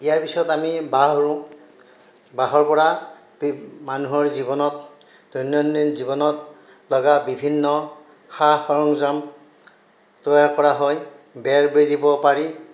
ইয়াৰ পিছত আমি বাঁহ ৰোওঁ বাঁহৰ পৰা বিভ মানুহৰ জীৱনত দৈনন্দিন জীৱনত লাগা বিভিন্ন সা সৰঞ্জাম তৈয়াৰ কৰা হয় বেৰ বেৰিব পাৰি